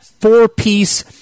four-piece